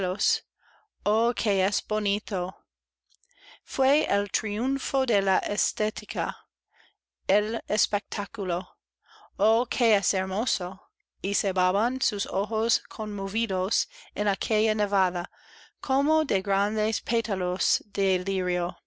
que es bonito fué el triunfo de la estética i el espectáculo oh que es hermoso y cebaban sus ojos conmovidos en aquella nevada como de grandes pétalos